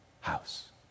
house